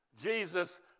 Jesus